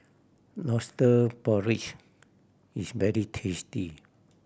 Lobster Porridge is very tasty